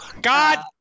God